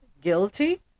guilty